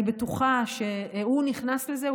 הוא נכנס לזה.